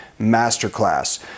masterclass